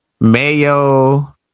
Mayo